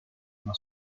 una